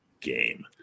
game